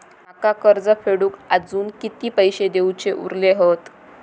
माका कर्ज फेडूक आजुन किती पैशे देऊचे उरले हत?